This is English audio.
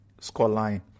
scoreline